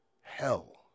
hell